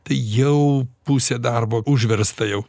tai jau pusė darbo užversta jau